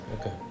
okay